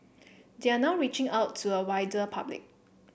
they are now reaching out to a wider public